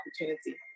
opportunity